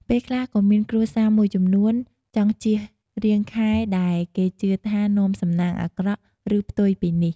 ពេលខ្លះក៏មានគ្រួសារមួយចំនួនចង់ជៀសរាងខែ ដែលគេជឿថានាំសំណាងអាក្រក់ ឬផ្ទុយពីនេះ។